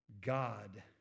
God